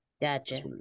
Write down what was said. Gotcha